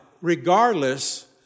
regardless